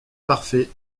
parfait